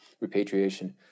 repatriation